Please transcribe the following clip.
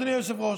אדוני היושב-ראש,